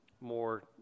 more